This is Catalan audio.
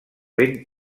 ben